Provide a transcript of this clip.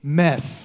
mess